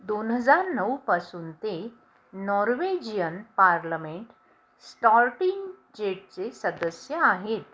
दोन हजार नऊपासून ते नॉर्वेजियन पार्लमेंट स्टॉर्टिंगजेटचे सदस्य आहेत